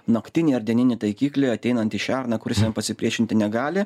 naktinį ar dieninį taikiklį ateinantį šerną kuris jam pasipriešinti negali